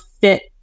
fit